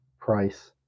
price